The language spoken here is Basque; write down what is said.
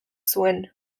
zuen